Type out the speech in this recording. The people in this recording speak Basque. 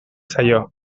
zaio